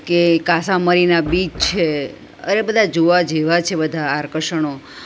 કે કાસા મરિના બીચ છે અરે બધા જોવા જેવા જ છે બધા આકર્ષણો